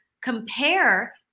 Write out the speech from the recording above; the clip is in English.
compare